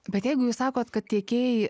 bet jeigu jūs sakot kad tiekėjai